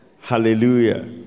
Hallelujah